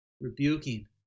rebuking